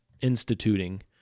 instituting